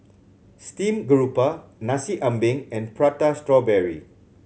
steamed garoupa Nasi Ambeng and Prata Strawberry